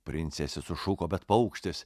princesė sušuko bet paukštis